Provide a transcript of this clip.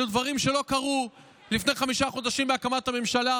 אלה דברים שלא קרו לפני חמישה חודשים בהקמת הממשלה,